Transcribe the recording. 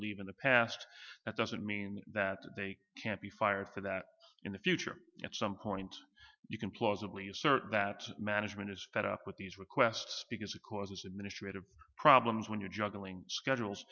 leave in the past that doesn't mean that they can't be fired for that in the future at some point you can plausibly assert that management is fed up with these requests because it causes administrative problems when you're juggling schedules